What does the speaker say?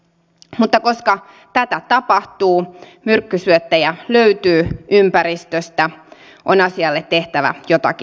mutta koska tätä tapahtuu myrkkysyöttejä löytyy ympäristöstä on asialle tehtävä jotakin